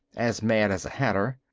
as mad as a hatter.